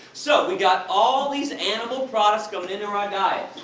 so, we got all these animal products going into our ah diet.